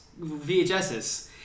vhs's